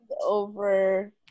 over